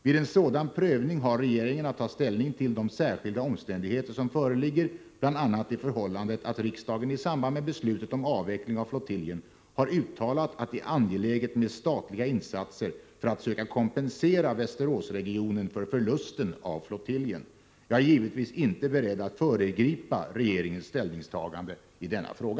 Vid en sådan prövning har regeringen att ta ställning till de särskilda omständigheter som föreligger, bl.a. det förhållan det att riksdagen i samband med beslutet om avveckling av flottiljen har uttalat att det är angeläget med statliga insatser för att söka kompensera Västeråsregionen för förlusten av flottiljen. Jag är givetvis inte beredd att föregripa regeringens ställningstagande i denna fråga.